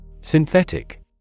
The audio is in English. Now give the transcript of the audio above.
Synthetic